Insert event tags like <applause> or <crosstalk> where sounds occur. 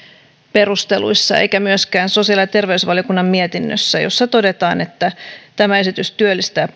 perusteluissa eikä myöskään sosiaali ja terveysvaliokunnan mietinnössä jossa todetaan että tämä esitys työllistää <unintelligible>